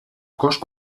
cost